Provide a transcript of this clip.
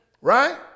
Right